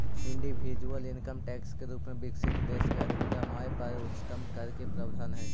individual income tax के रूप में विकसित देश में अधिकतम आय पर उच्चतम कर के प्रावधान हई